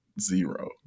zero